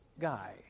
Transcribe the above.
guy